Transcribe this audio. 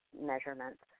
measurements